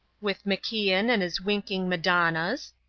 with macian and his winking madonnas.